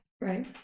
Right